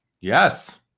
Yes